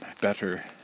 better